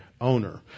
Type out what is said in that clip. owner